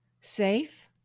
safe